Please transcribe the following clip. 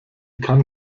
kann